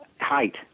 height